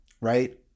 right